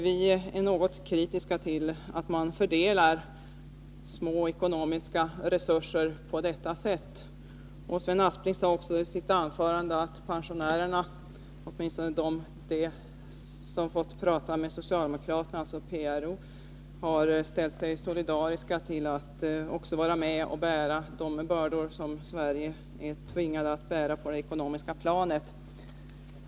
Vi är kritiska mot att man fördelar små ekonomiska resurser på detta sätt. Sven Aspling sade att pensionärerna — åtminstone de som fått tala med socialdemokraterna, dvs. PRO -— har ställt sig solidariska till att vara med att bära de bördor på det ekonomiska planet som vi i Sverige är tvingade att bära.